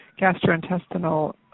Gastrointestinal